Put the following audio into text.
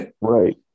Right